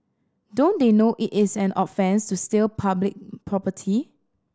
don't they know it is an offence to steal public property